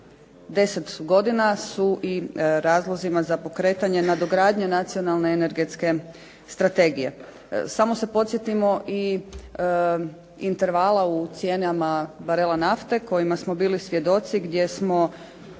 10 godina su i razlozima za pokretanje nadogradnje nacionalne energetske strategije. Samo se podsjetimo i intervala u cijenama barela nafte kojima smo bili svjedoci, gdje smo